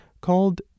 called